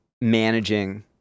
managing